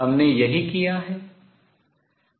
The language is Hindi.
हमने यही किया है